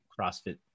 CrossFit